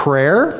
Prayer